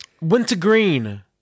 Wintergreen